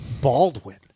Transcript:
Baldwin